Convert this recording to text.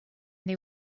they